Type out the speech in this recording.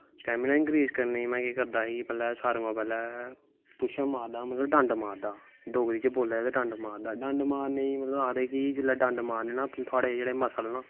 stamina increase करनें गी में केह् करदा हा सारैं कोला दा पैह्लैं पुश अप मारदा हा मतलव डंड मारदा हा डोगरी च बोलां ता डंड मारनें गी आखदे जिसलै डंड मारनें होन तां जेह्ड़े तोआड़े मसल ना